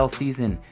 season